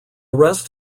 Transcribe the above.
rest